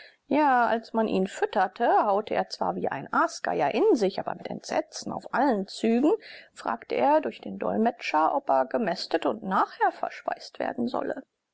ja als man ihn fütterte haute er zwar wie ein aasgeier in sich aber mit entsetzen auf allen zügen fragte er durch den dolmetscher ob er gemästet und nachher verspeist werden solle